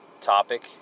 topic